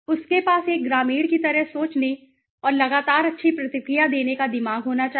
उसके पास एक ग्रामीण की तरह सोचने और लगातार अच्छी प्रतिक्रिया देने का दिमाग होना चाहिए